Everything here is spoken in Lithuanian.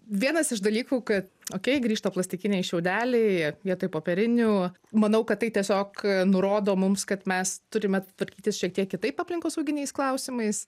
vienas iš dalykų kad okei grįžta plastikiniai šiaudeliai vietoj popierinių manau kad tai tiesiog nurodo mums kad mes turime tvarkytis šiek tiek kitaip aplinkosauginiais klausimais